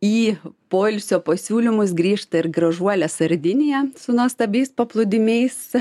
į poilsio pasiūlymus grįžta ir gražuolė sardinija su nuostabiais paplūdimiais